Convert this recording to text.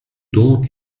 donc